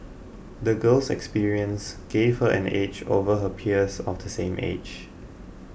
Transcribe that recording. the girl's experiences gave her an edge over her peers of the same age